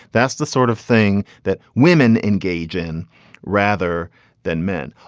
that's the sort of thing that women engage in rather than men.